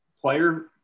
player